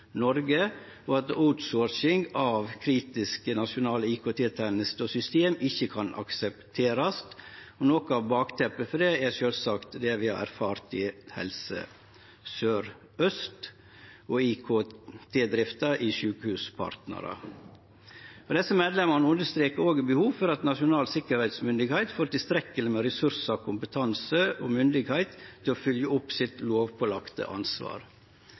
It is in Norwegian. Noreg, og at outsourcing av kritiske nasjonale IKT-tenester og -system ikkje kan aksepterast. Noko av bakteppet for dette er sjølvsagt det vi har erfart i Helse Sør-Aust og i IKT-drifta i Sykehuspartner. Men desse medlemene understreker òg behovet for at Nasjonalt tryggingsorgan får tilstrekkeleg med ressursar, kompetanse og myndigheit til å følgje opp det lovpålagde ansvaret sitt.